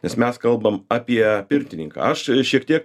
nes mes kalbam apie pirtininką aš šiek tiek